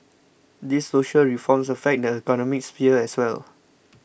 these social reforms affect the economic sphere as well